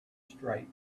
straight